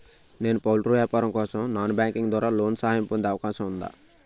నేను పౌల్ట్రీ వ్యాపారం కోసం నాన్ బ్యాంకింగ్ ద్వారా లోన్ సహాయం పొందే అవకాశం ఉందా?